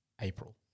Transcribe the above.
April